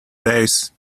days